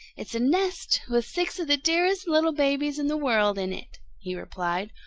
it's a nest with six of the dearest little babies in the world in it, he replied.